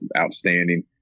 outstanding